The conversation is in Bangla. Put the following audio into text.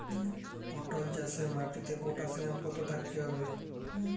পটল চাষে মাটিতে পটাশিয়াম কত থাকতে হবে?